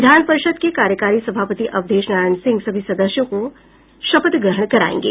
विधान परिषद् के कार्यकारी सभापति अवधेश नारायण सिंह सभी सदस्यों को शपथ ग्रहण करायेंगे